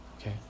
Okay